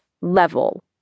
level